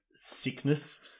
sickness